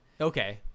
okay